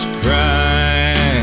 cry